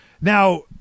Now